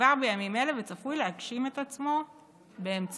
כבר בימים אלה וצפוי להגשים את עצמו באמצעות